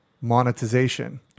monetization